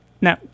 No